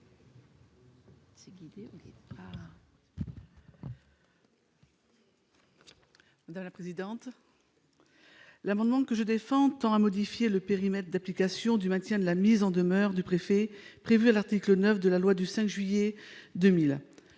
Mme Jocelyne Guidez. Cet amendement tend à modifier le périmètre d'application du maintien de la mise en demeure du préfet prévu à l'article 9 de la loi du 5 juillet 2000.